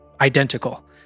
identical